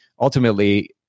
ultimately